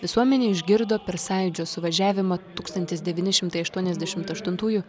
visuomenė išgirdo per sąjūdžio suvažiavimą tūkstantis devyni šimtai aštuoniasdešimt aštuntųjų